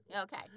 Okay